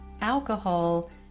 alcohol